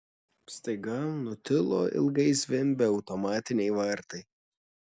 staiga nutilo ilgai zvimbę automatiniai vartai